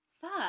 Fuck